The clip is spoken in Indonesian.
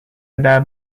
ada